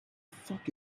fuck